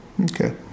Okay